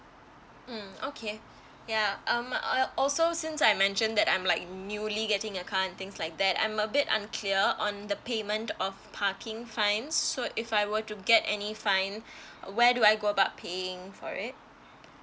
mm okay yeah um I also since I mention that I'm like newly getting a car and things like that I'm a bit unclear on the payment of parking fine so if I were to get any fine where do I go about paying for it